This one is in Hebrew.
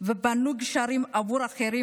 ובנו גשרים עבור אחרים,